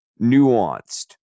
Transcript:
nuanced